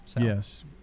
Yes